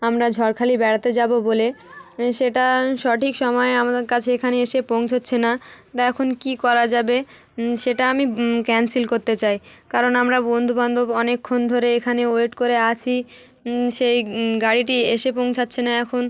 আমরা ঝড়খালি বেড়াতে যাব বলে সেটা সঠিক সময়ে আমাদের কাছে এখানে এসে পৌঁছাচ্ছে না তা এখন কী করা যাবে সেটা আমি ক্যানসেল করতে চাই কারণ আমরা বন্ধুবান্ধব অনেকক্ষণ ধরে এখানে ওয়েট করে আছি সেই গাড়িটি এসে পৌঁছাচ্ছে না এখন